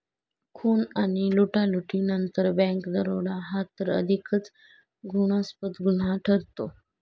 खून आणि लुटालुटीनंतर बँक दरोडा हा तर अधिकच घृणास्पद गुन्हा ठरतो